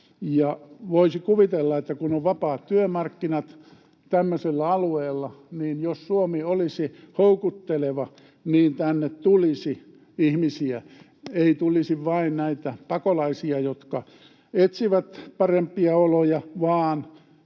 voisi kuvitella, että kun on vapaat työmarkkinat tämmöisellä alueella, niin jos Suomi olisi houkutteleva, tänne tulisi ihmisiä. Ei tulisi vain näitä pakolaisia, jotka etsivät parempia oloja, vaan